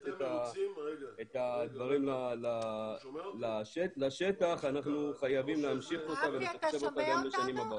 את הדברים לשטח אנחנו חייבים להמשיך אותה ולתקצב אותה גם לשנים הבאות.